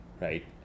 right